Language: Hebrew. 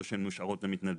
או שהן נשארות בלי מתנדבים,